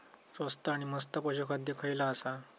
स्वस्त आणि मस्त पशू खाद्य खयला आसा?